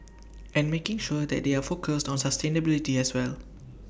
and making sure that they are focused on sustainability as well